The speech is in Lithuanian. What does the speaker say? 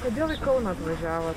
kodėl į kauną atvažiavot